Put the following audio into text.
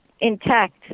intact